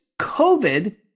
COVID